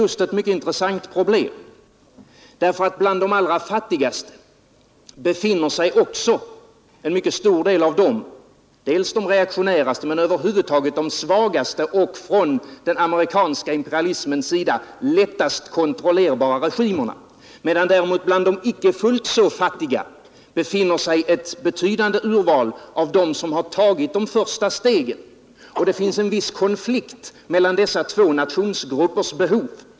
Det är ett mycket intressant problem, därför att bland de allra fattigaste länderna befinner sig också en mycket stor grupp av dels de mest reaktionära, dels över huvud taget de svagaste och från den amerikanska imperialismens sida lättast kontrollerbara regimerna, medan bland de icke fullt så fattiga länderna befinner sig ett betydande urval av dem som har tagit ”de första stegen”. Det finns en viss konflikt mellan dessa två nationsgruppers behov.